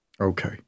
Okay